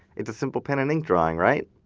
it's a simple pen and ink drawing, right?